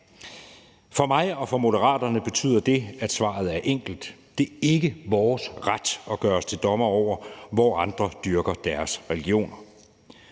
For mig og for Moderaterne betyder det, at svaret er enkelt. Det er ikke vores ret at gøre os til dommer over, hvor andre dyrker deres religion.